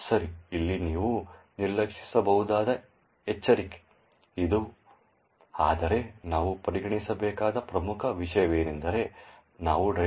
ಸರಿ ಇಲ್ಲಿ ನೀವು ನಿರ್ಲಕ್ಷಿಸಬಹುದಾದ ಎಚ್ಚರಿಕೆ ಇದು ಆದರೆ ನಾವು ಪರಿಗಣಿಸಬೇಕಾದ ಪ್ರಮುಖ ವಿಷಯವೆಂದರೆ ನಾವು driver